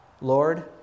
Lord